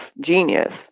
genius